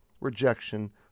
rejection